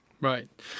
right